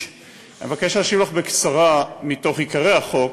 אני מבקש להשיב לך בקצרה מתוך עיקרי החוק.